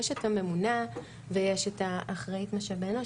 יש את הממונה ויש את אחראית משאבי אנוש,